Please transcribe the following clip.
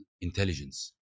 intelligence